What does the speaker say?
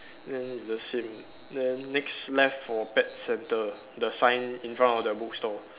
then the same then next left for pet centre the sign in front of the book store